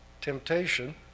Temptation